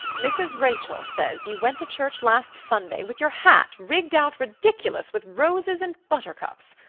mrs. rachel says you went to church last sunday with your hat rigged out ridiculous with roses and buttercups.